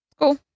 Cool